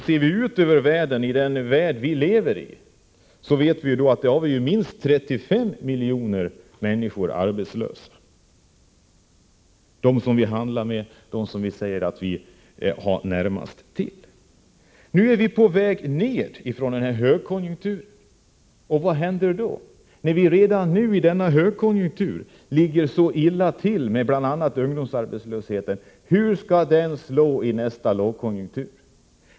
Ser vi ut över den värld vi lever i vet vi att minst 35 miljoner människor är arbetslösa, människor i länder som vi handlar med och som vi har närmast till. Nu är högkonjunkturen på väg ned. Vad händer då, när vi redan nu i denna högkonjunktur ligger så illa till med bl.a. ungdomsarbetslösheten? Hur skall den slå i nästa lågkonjunktur?